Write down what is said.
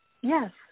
Yes